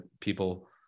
people